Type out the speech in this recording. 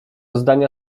zdania